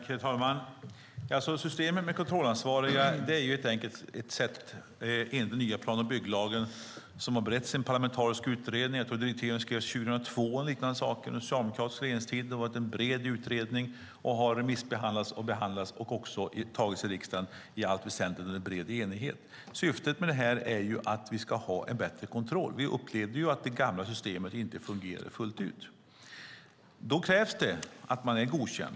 Herr talman! Systemet med kontrollansvariga finns med i den nya plan och bygglagen som bereddes i en parlamentarisk utredning. Direktiven skrevs 2002 under socialdemokratisk regeringstid. Det var en bred utredning som gick ut på remiss och behandlades, och beslutet togs i riksdagen med bred enighet. Syftet med det nya systemet är att vi ska få bättre kontroll. Vi upplevde att det gamla systemet inte fungerade fullt ut. Nu krävs det att man är godkänd.